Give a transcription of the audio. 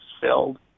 filled